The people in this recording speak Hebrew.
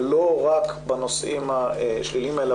ולא רק בנושאים השליליים האלה,